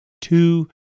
two